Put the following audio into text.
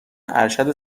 ارشد